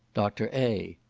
dr. a.